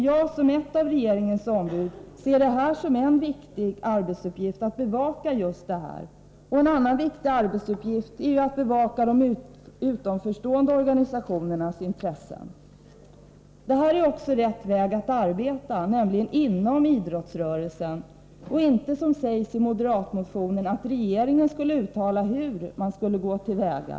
Jag, som ett av regeringens ombud, ser det som en viktig arbetsuppgift att bevaka just denna del av idrottsrörelsen. En annan viktig arbetsuppgift är att bevaka de utanförstående organisationernas intressen. Detta är också rätt väg att bedriva arbetet på, nämligen inom idrottsrörelsen. Det bör inte vara på det sättet som sägs i moderatmotionen, att regeringen skulle uttala hur man skulle gå till väga.